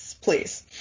Please